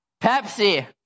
Pepsi